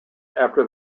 after